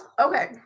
Okay